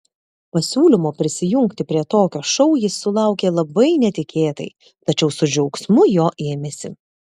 pasiūlymo prisijungti prie tokio šou jis sulaukė labai netikėtai tačiau su džiaugsmu jo ėmėsi